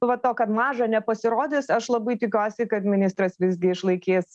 va to kad maža nepasirodys aš labai tikiuosi kad ministras visgi išlaikys